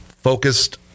focused